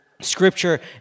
scripture